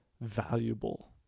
valuable